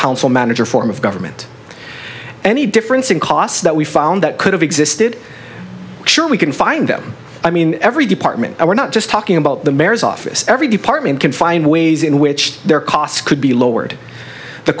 council manager form of government any difference in cost that we found that could have existed sure we can find them i mean every department we're not just talking about the mayor's office every department can find ways in which their costs could be lowered the